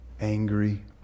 angry